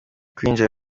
kwinjira